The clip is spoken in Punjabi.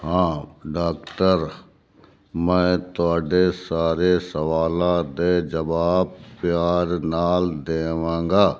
ਹਾਂ ਡਾਕਟਰ ਮੈਂ ਤੁਹਾਡੇ ਸਾਰੇ ਸਵਾਲਾਂ ਦੇ ਜਵਾਬ ਪਿਆਰ ਨਾਲ ਦੇਵਾਂਗਾ